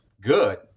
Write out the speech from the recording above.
good